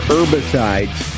Herbicides